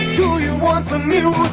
do you want some